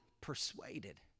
persuaded